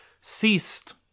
ceased